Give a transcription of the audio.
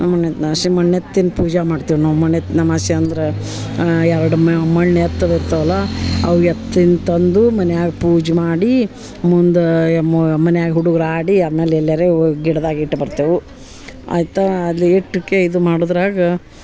ಮಣ್ಣೆತ್ನ ಅಮಾಸಿ ಮಣ್ಣೆತ್ತಿನ ಪೂಜೆ ಮಾಡ್ತೇವೆ ನಾವು ಮಣ್ಣೆತ್ನ ಅಮಾಸಿ ಅಂದ್ರೆ ಎರಡು ಮಣ್ಣ ಎತ್ತದು ಇರ್ತವಲ್ಲ ಅವು ಎತ್ತಿನ ತಂದು ಮನ್ಯಾಗ ಪೂಜೆ ಮಾಡಿ ಮುಂದೆ ಮನ್ಯಾಗ ಹುಡುಗ್ರು ಆಡಿ ಆಮ್ಯಾಲೆ ಎಲ್ಲಾರೂ ಗಿಡದಾಗ ಇಟ್ಟು ಬರ್ತೇವೆ ಆಯಿತಾ ಅಲ್ಲಿಟ್ಕೆ ಇದು ಮಾಡುದರಾಗ